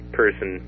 person